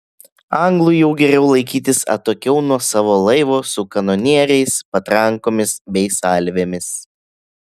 anglui jau geriau laikytis atokiau nuo savo laivo su kanonieriais patrankomis bei salvėmis